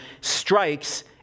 strikes